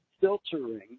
filtering